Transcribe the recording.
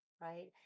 right